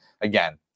again